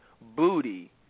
booty